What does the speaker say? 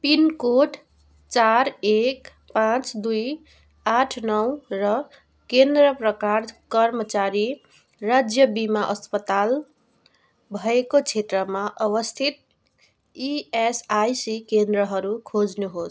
pin code चार एक पाँच दुई आठ नौ र केन्द्र प्रकार कर्मचारी राज्य बिमा अस्पताल भएको क्षेत्रमा अवस्थित इएसआइसी केन्द्रहरू खोज्नुहोस्